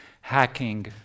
Hacking